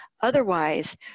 Otherwise